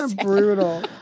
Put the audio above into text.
Brutal